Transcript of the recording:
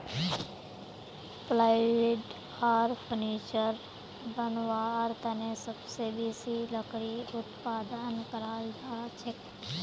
plywood आर furniture बनव्वार तने सबसे बेसी लकड़ी उत्पादन कराल जाछेक